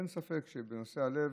אין ספק שנושא הלב